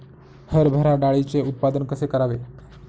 हरभरा डाळीचे उत्पादन कसे करावे?